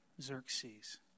Xerxes